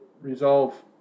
Resolve